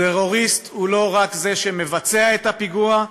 טרוריסט הוא לא רק זה שמבצע את הפיגוע,